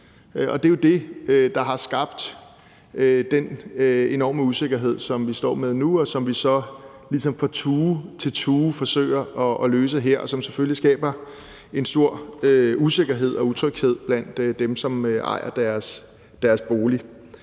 det er jo det, der har skabt den enorme usikkerhed, som vi står med nu og vi ligesom fra tue til tue forsøger at løse her, og som så selvfølgelig skaber en stor usikkerhed og utryghed blandt dem, som ejer deres bolig.